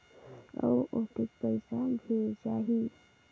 अउ कतेक पइसा भेजाही?